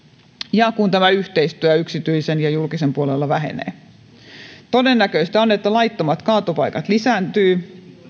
ja kun tämä yhteistyö yksityisen ja julkisen puolella vähenee todennäköistä on että laittomat kaatopaikat lisääntyvät